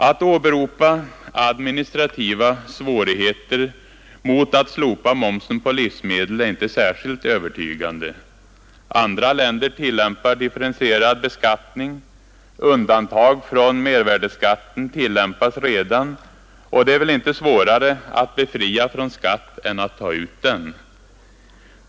Att åberopa administrativa svårigheter mot ett slopande av momsen på livsmedel är inte särskilt övertygande. Andra länder tillämpar differentierad beskattning. Undantag från mervärdeskatten tillämpas redan, och det är väl inte svårare att befria från skatt än att ta ut den!